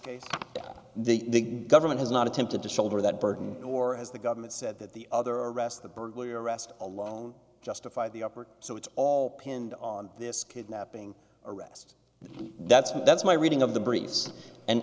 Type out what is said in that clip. case the government has not attempted to shoulder that burden or as the government said that the other arrests the burglar arrest alone justify the upper so it's all pinned on this kidnapping arrest that's my that's my reading of the briefs and